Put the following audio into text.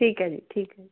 ਠੀਕ ਹੈ ਜੀ ਠੀਕ ਹੈ